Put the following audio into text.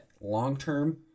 long-term